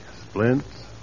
Splints